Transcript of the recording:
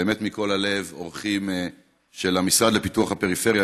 באמת מכל הלב אורחים של המשרד לפיתוח הפריפריה,